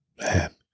man